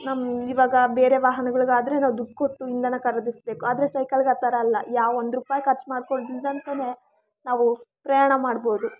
ನಮ್ಮ ಇವಾಗ ಬೇರೆ ವಾಹನಗಳಿಗಾದರೆ ದುಡ್ಡು ಕೊಟ್ಟು ಇಂಧನ ಖರೀದಿಸಬೇಕು ಆದರೆ ಸೈಕಲ್ಗೆ ಆ ಥರ ಅಲ್ಲ ಯಾವ ಒಂದು ರುಪಾಯಿ ಖರ್ಚು ಮಾಡ್ಕೊಳ್ದಿಂದಂತನೆ ನಾವು ಪ್ರಯಾಣ ಮಾಡ್ಬೋದು